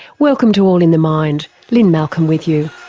welcome to all in the mind, lynne malcolm with you.